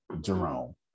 Jerome